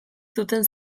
zuten